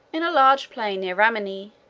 in a large plain near rimini,